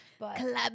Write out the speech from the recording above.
Collab